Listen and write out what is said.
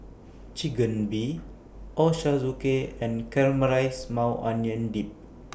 Ochazuke and Caramelized Maui Onion Dip